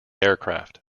aircraft